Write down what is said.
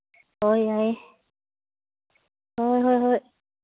ꯍꯣꯏ ꯌꯥꯏꯌꯦ ꯍꯣꯏ ꯍꯣꯏ ꯍꯣꯏ